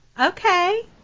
Okay